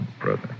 brother